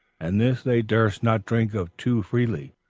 and this they durst not drink of too freely,